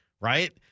Right